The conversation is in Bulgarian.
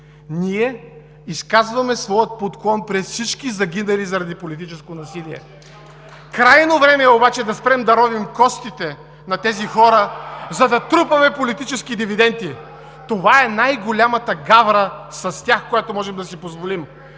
Ние изказваме своя поклон пред всички загинали заради политическо насилие. (Ръкопляскания от „БСП за България“.) Крайно време е обаче да спрем да ровим костите на тези хора, за да трупаме политически дивиденти. Това е най-голямата гавра с тях, която можем да си позволим.